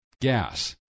gas